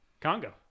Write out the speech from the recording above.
Congo